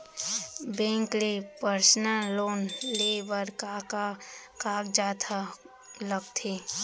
Bank ले personal loan लेये बर का का कागजात ह लगथे?